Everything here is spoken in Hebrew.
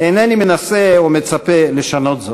אינני מנסה או מצפה לשנות זאת.